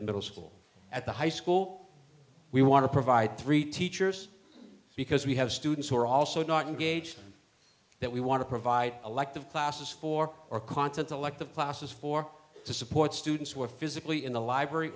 the middle school at the high school we want to provide three teachers because we have students who are also not engaged that we want to provide elective classes for our content elective classes for to support students who are physically in the library